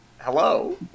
Hello